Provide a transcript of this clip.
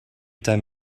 time